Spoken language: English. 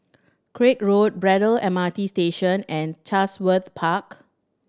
Craig Road Braddell M R T Station and Chatsworth Park